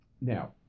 Now